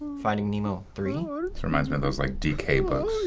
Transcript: finding nemo three? this reminds me of those like dk books.